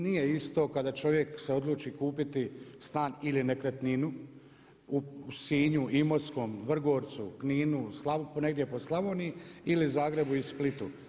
Nije isto kada čovjek se odluči kupiti stan ili nekretninu u Sinju, Imotskom, Vrgorcu, Kninu, negdje po Slavoniji ili Zagrebu i Splitu.